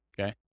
okay